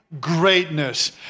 greatness